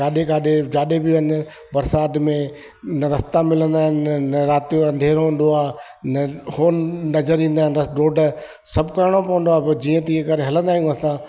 किथे किथे जिते बि वञु बरसाति में न रस्ता मिलंदा आहिनि न राति जो अंधेरो हूंदो आहे न उहो नज़र ईंदा आहिनि रोड सभु करिणो पवंदो आहे पोइ जीअं तीअं करे हलंदा आहियूं असां